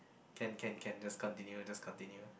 can can can just continue just continue